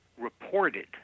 reported